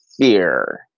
fear